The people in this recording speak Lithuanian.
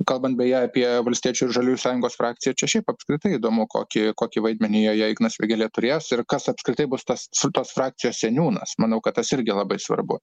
kalbant beje apie valstiečių ir žaliųjų sąjungos frakciją čia šiaip apskritai įdomu kokį kokį vaidmenį joje ignas vėgėlė turės ir kas apskritai bus tas šitos frakcijos seniūnas manau kad tas irgi labai svarbu